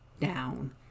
down